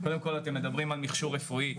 קודם כל אתם מדברים על מכשור רפואי,